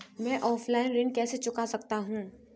मैं ऑफलाइन ऋण कैसे चुका सकता हूँ?